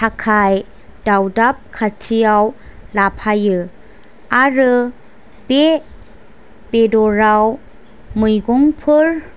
थाखाय अरदाब खाथियाव लाफायो आरो बे बेदराव मैगंफोर